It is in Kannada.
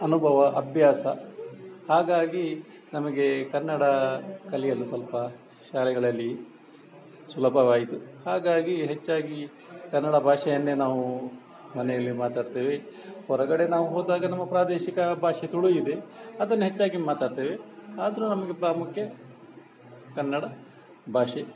ಅನುಭವ ಅಭ್ಯಾಸ ಹಾಗಾಗಿ ನಮಗೆ ಕನ್ನಡ ಕಲಿಯಲು ಸ್ವಲ್ಪ ಶಾಲೆಗಳಲ್ಲಿ ಸುಲಭವಾಯಿತು ಹಾಗಾಗಿ ಹೆಚ್ಚಾಗಿ ಕನ್ನಡ ಭಾಷೆಯನ್ನೆ ನಾವು ಮನೆಯಲ್ಲಿ ಮಾತಾಡ್ತೇವೆ ಹೊರಗಡೆ ನಾವು ಹೋದಾಗ ನಮ್ಮ ಪ್ರಾದೇಶಿಕ ಭಾಷೆ ತುಳು ಇದೆ ಅದನ್ನು ಹೆಚ್ಚಾಗಿ ಮಾತಾಡ್ತೇವೆ ಆದರು ನಮಗೆ ಪ್ರಾಮುಖ್ಯ ಕನ್ನಡ ಭಾಷೆ